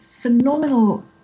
phenomenal